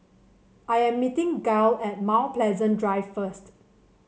I am meeting Gael at Mount Pleasant Drive first